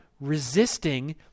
resisting